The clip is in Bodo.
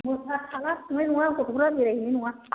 मोसा थाब्ला थांनाय नङा गथ'फ्रा बेरायहैनाय नङा